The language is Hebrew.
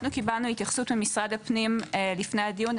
אנחנו קיבלנו התייחסות ממשרד הפנים לפני הדיון,